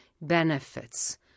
benefits